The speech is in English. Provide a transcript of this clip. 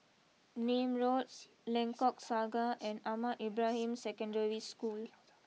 Nim Road Lengkok Saga and Ahmad Ibrahim Secondary School